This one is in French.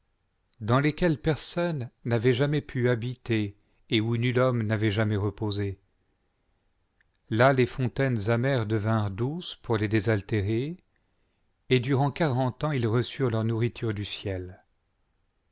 dans lesquels personne n'avait jamais pu habiter et où nul tomme n'avait jamais reposé là les fontaines amères devinrent douces pour les désaltérer et durant quarante ans ils reçurent leur nourriture du ciel